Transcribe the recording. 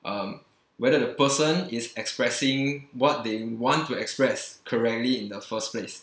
um whether the person is expressing what they want to express correctly in the first place